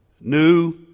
new